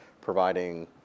providing